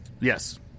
Yes